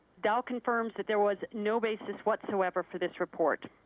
dow confirms that there was no basis whatsoever for this report.